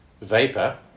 Vapor